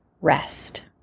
Rest